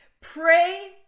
pray